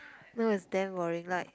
no it's damn boring like